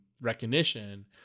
recognition